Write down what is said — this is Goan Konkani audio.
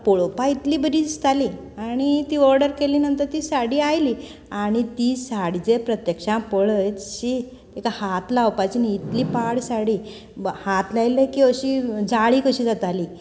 पळोवपाक इतली बरी दिसताली आनी ती ऑर्डर केले नंतर ती साडी आयली आनी ती साडी जर प्रत्यक्षान पळयत शीं तेका हात लावपाचो न्ही इतली पाड साडी वा हात लायले की अशी जाळी कशी जाताली